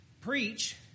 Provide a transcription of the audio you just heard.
preach